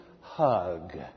hug